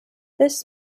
this